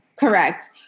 correct